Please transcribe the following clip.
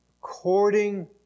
according